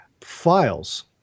files